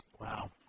Wow